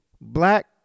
Black